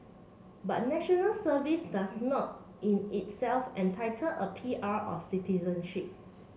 but National Service does not in itself entitle a P R on citizenship